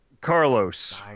carlos